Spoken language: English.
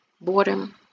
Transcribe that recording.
boredom